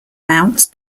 mounts